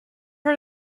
are